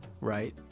right